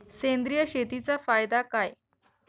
सेंद्रिय शेतीचा फायदा काय?